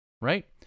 right